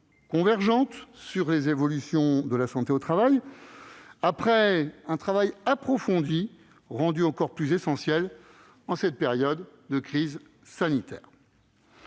convergente en matière d'évolution de la santé au travail, après un travail approfondi, rendu encore plus essentiel en cette période de crise sanitaire.